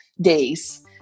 days